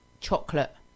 chocolate